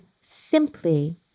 simply